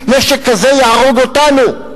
נשק כזה יהרוג אותנו.